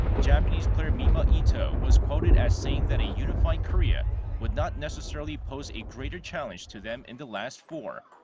japanese player mima ito was quoted as saying that a unified korea would not necessarily pose a greater challenge to them in the last four.